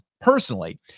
personally